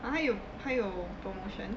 !huh! 还有还有 promotion